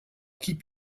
keep